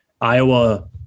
Iowa